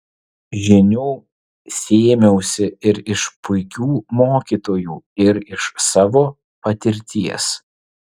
žinių sėmiausi ir iš puikių mokytojų ir iš savo patirties